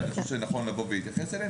אני חושב שזה נכון לבוא ולהתייחס אליהם